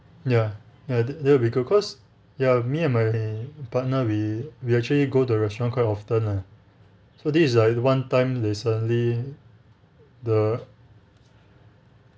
ya ya that that'll be good because ya me and my partner we we actually go to the restaurant quite often lah so this is like the one time recently the